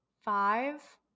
five